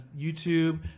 YouTube